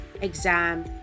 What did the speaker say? exam